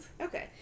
Okay